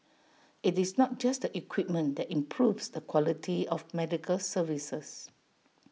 IT is not just the equipment that improves the quality of medical services